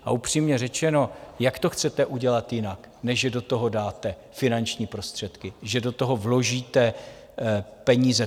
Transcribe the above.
A upřímně řečeno, jak to chcete udělat jinak, než že do toho dáte finanční prostředky, že do toho vložíte peníze?